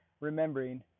remembering